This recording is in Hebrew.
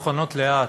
טוחנות לאט,